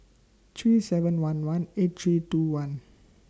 three seven one one eight three two one